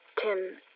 Tim